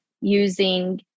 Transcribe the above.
using